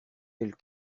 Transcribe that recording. elle